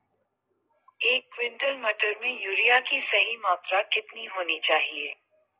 एक क्विंटल मटर में यूरिया की सही मात्रा कितनी होनी चाहिए?